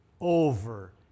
over